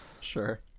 Sure